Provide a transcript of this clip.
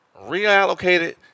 Reallocated